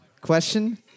Question